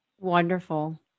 Wonderful